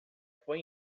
foi